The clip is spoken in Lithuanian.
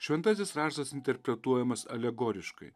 šventasis raštas interpretuojamas alegoriškai